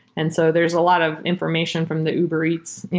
and so there is a lot of information from the uber eats,